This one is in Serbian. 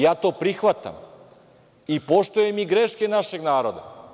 Ja to prihvatam i poštujem i greške našeg naroda.